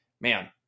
man